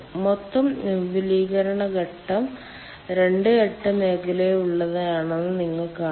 മൊത്തം വിപുലീകരണം രണ്ട് ഘട്ട മേഖലയ്ക്കുള്ളിലാണെന്ന് നിങ്ങൾ കാണുന്നു